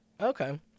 Okay